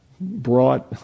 brought